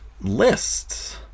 lists